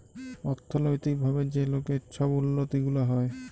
অথ্থলৈতিক ভাবে যে লকের ছব উল্লতি গুলা হ্যয়